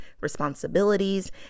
responsibilities